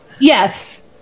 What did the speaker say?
Yes